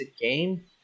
game